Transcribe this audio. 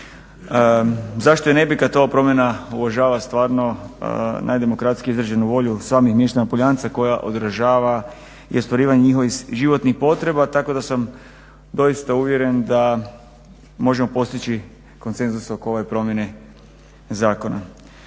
Zašto i ne bi kad to promjena uvažava stvarno najdemokratskih izraženu volju samih mještana Poljanca koja odražava i ostvarivanje njihovih životnih potreba tako da sam doista uvjeren da možemo postići konsenzus oko ove promjene zakona.